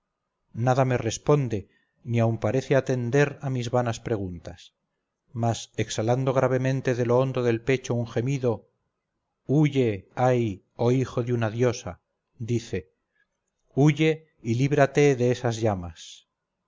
nada me responde ni aun parece atender a mis vanas preguntas mas exhalando gravemente de lo hondo del pecho un gemido huye ay oh hijo de una diosa dice huye y líbrate de esas llamas